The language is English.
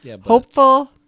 hopeful